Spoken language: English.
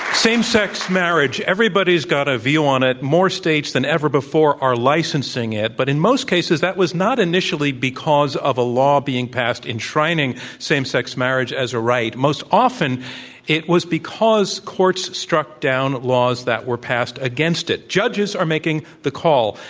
same sex marriage, everybody's got a view on it. more states than ever before are licensing it. but in most cases that was not initially because of a law being passed, enshrining same sex marriage as a right. most often it was because courts struck down laws that were passed against it. judges are making the call,